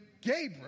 Gabriel